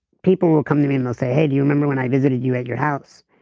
people will come to me and they'll say hey do you remember when i visited you at your house,